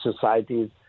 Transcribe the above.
societies